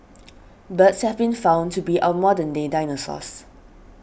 birds have been found to be our modern day dinosaurs